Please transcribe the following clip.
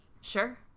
Sure